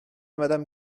madame